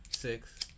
Six